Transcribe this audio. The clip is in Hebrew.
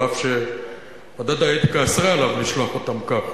אף שוועדת האתיקה אסרה עליו לשלוח אותם כך,